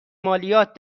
مالیات